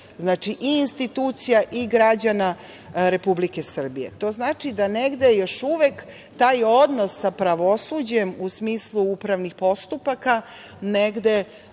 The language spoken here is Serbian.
i institucija i građana Republike Srbije. To znači da negde još uvek taj odnos sa pravosuđem, u smislu upravnih postupaka, negde